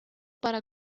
para